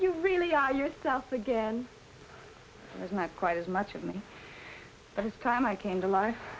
you really are yourself again is not quite as much of me but it's time i came to life